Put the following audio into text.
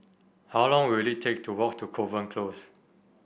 how long will it take to walk to Kovan Close